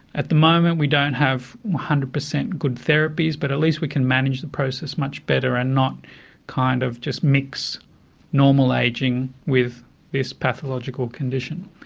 at the moment we don't have one hundred percent good therapies but at least we can manage the process much better and not kind of just mix normal ageing with this pathological condition.